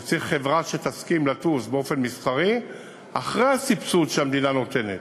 וצריך חברה שתסכים לטוס באופן מסחרי אחרי הסבסוד שהמדינה נותנת.